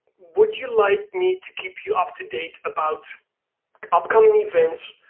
would you like me to keep you up to date about upcoming events,